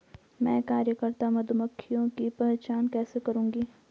मैं कार्यकर्ता मधुमक्खियों की पहचान कैसे करूंगी?